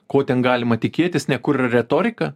ko ten galima tikėtis ne kur yra retorika